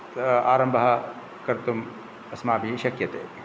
आरम्भः कर्तुम् अस्माभिः शक्यते